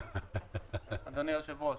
אדוני היושב-ראש,